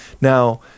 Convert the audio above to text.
Now